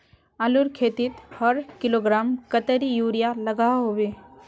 आलूर खेतीत हर किलोग्राम कतेरी यूरिया लागोहो होबे?